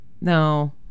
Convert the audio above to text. No